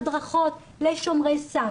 הדרכות לשומרי סף.